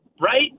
right